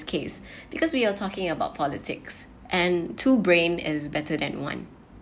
case because we are talking about politics and two brain is better than one